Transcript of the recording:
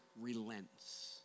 relents